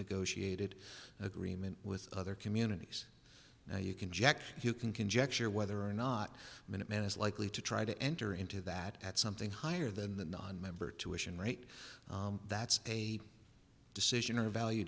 negotiated agreement with other communities now you can jack you can conjecture whether or not minute man is likely to try to enter into that at something higher than the nonmember tuition rate that's a decision or a value